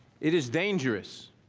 it is dangerous.